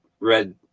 Red